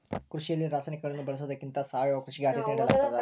ಕೃಷಿಯಲ್ಲಿ ರಾಸಾಯನಿಕಗಳನ್ನು ಬಳಸೊದಕ್ಕಿಂತ ಸಾವಯವ ಕೃಷಿಗೆ ಆದ್ಯತೆ ನೇಡಲಾಗ್ತದ